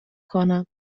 کنم